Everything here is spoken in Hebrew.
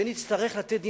ונצטרך לתת דין-וחשבון,